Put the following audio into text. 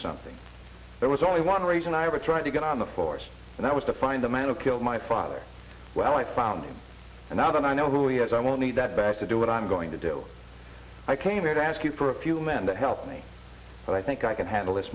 something there was only one reason i ever tried to get on the force and i was to find the man who killed my father well i found him and i don't know who he is i won't need that bad to do what i'm going to do i came here to ask you for a few men to help me but i think i can handle this